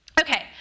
Okay